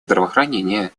здравоохранения